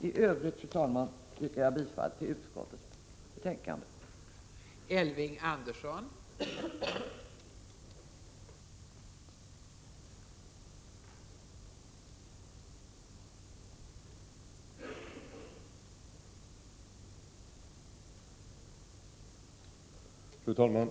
I övrigt, fru talman, yrkar jag bifall till utskottets hemställan.